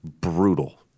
brutal